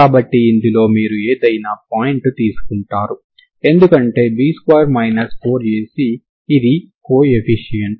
కాబట్టి ఇందులో మీరు ఏదైనా పాయింట్ తీసుకుంటారు ఎందుకంటే B2 4AC ఇది కోఎఫిషియంట్